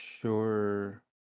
sure